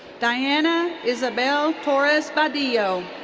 diana isabel torres badillo.